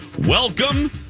Welcome